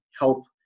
help